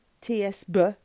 T-S-B